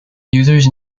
users